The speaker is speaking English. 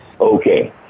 Okay